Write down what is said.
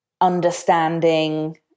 understanding